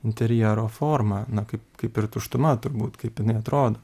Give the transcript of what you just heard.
interjero forma na kaip kaip ir tuštuma turbūt kaip jinai atrodo